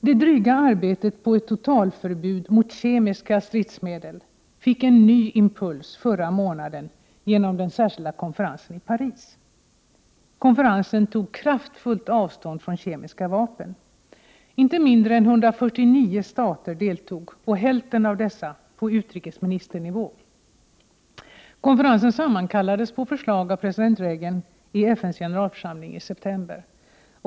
Det dryga arbetet med att åstadkomma ett totalförbud mot kemiska stridsmedel fick en ny impuls förra månaden genom den särskilda konferensen i Paris. Konferensen tog kraftfullt avstånd från kemiska vapen. Inte mindre än 149 stater deltog, hälften av dessa på utrikesministernivå. Konferensen sammankallades på förslag av president Reagan i FN:s generalförsamling i september.